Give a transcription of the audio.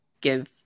give